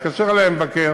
התקשר אלי המבקר